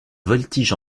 voltige